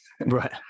right